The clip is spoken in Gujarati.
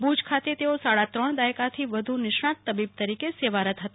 ભુજ ખાતે તેઓ સાડાત્રણ દાયકા થી નિષ્ણાંત તબીબ તરીકે સેવારત હતા